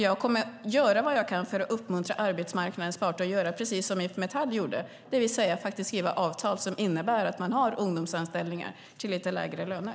Jag kommer att göra vad jag kan för att uppmuntra arbetsmarknadens parter att göra precis så som IF Metall gjorde - det vill säga att skriva avtal som innebär att man har ungdomsanställningar till lite lägre löner.